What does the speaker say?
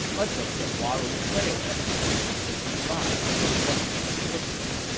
much of the huarong trail episode is derived from one of these sources.